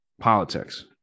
politics